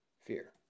fear